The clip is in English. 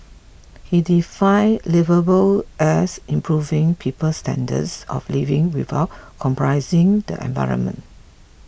he define liveable as improving people's standards of living without compromising the environment